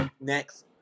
Next